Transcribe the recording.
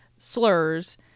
slurs